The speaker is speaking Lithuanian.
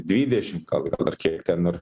dvidešim ar kiek ten ir